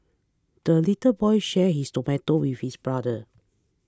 the little boy shared his tomato with his brother